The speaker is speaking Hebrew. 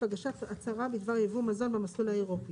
הגשת הצבה בדבר ייבוא מזון במסלול האירופי.